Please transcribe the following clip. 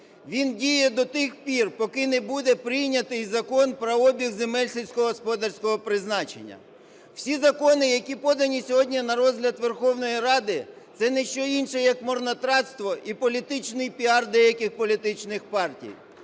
Він діє до тих пір, поки не буде прийнятий Закон про обіг земель сільськогосподарського призначення. Всі закони, які подані сьогодні на розгляд Верховної Ради, це не що інше, як марнотратство і політичний піар деяких політичних партій,